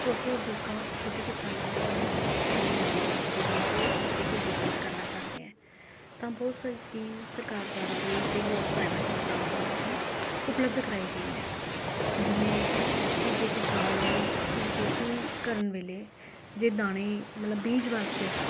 ਛੋਟੇ ਉਦਯੋਗਾਂ ਅਤੇ ਛੋਟੇ ਕਿਸਾਨਾਂ ਲਈ ਅਤੇ ਮਹਿਲਾਵਾਂ ਵਾਸਤੇ ਵੀ ਜੇ ਅਸੀਂ ਕੋਈ ਬਿਜਨਸ ਕਰਨਾ ਚਾਹੁੰਦੇ ਹਾਂ ਤਾਂ ਬਹੁਤ ਸਾਰੀ ਸਕੀਮ ਸਰਕਾਰਾਂ ਦੁਆਰਾ ਵੀ ਅਤੇ ਹੋਰ ਪ੍ਰਾਈਵੇਟ ਸੰਸਥਾਵਾਂ ਦੁਆਰਾ ਵੀ ਉਪਲਬਧ ਕਰਵਾਈ ਗਈਆਂ ਹੈ ਜਿਵੇਂ ਕਿ ਜੇ ਕਿਸਾਨ ਨੇ ਆਪਣੀ ਖੇਤੀ ਕਰਨ ਵੇਲੇ ਜੇ ਦਾਣੇ ਮਤਲਬ ਬੀਜ ਵਾਸਤੇ